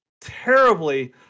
terribly